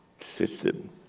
system